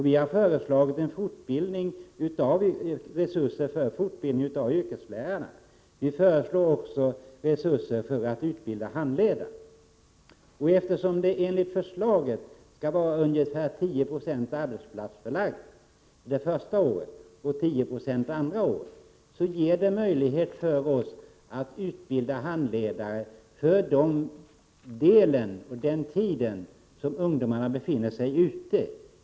Vi har föreslagit resurser för fortbildning av yrkeslärarna. Vi föreslår också resurser för utbildning av handledare. Eftersom utbildningen enligt förslaget till ungefär 10 26 skall vara förlagd till arbetsplats under det första året och även under det andra året, finns det möjligheter att utbilda handledare under den tid då ungdomarna befinner sig ute.